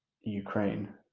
Ukraine